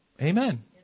Amen